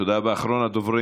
תודה, אדוני.